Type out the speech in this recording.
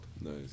Nice